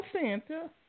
Santa